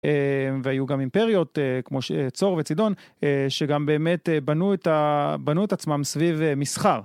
והיו גם אימפריות כמו צור וצדון שגם באמת בנו את עצמם סביב מסחר.